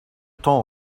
temps